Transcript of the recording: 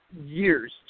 years